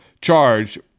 charge